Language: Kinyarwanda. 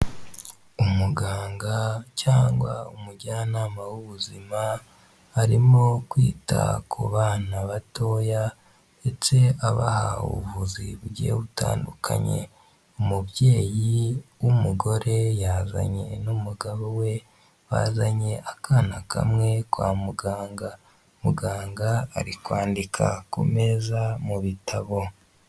Umuganga cyangwa umujyanama w'ubuzima harimo kwita ku bana batoya ndetse abaha ubuvuzi bugiye butandukanye umubyeyi w'umugore yazanye n'umugabo we bazanye akana kamwe kwa muganga muganga ari kwandika ku meza mu bitabo.